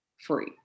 free